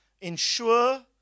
ensure